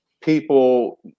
People